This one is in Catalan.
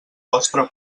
vostre